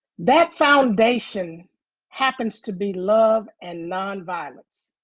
that foundation happens to be love and nonviolence.